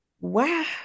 Wow